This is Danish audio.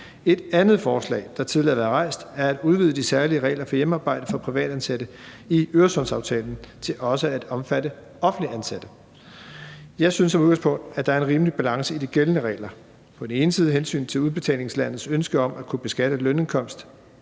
Et andet forslag, der tidligere har været rejst, er at udvide de særlige regler for hjemmearbejde for privatansatte i Øresundsaftalen til også at omfatte offentligt ansatte. Jeg synes som udgangspunkt, at der er en rimelig balance i de gældende regler med på den ene side et hensyn til udbetalingslandets ønske om at kunne beskatte lønindkomst,